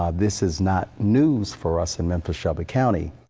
um this is not news for us in memphis, shelby county.